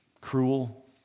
cruel